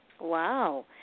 Wow